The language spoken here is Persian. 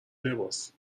لباس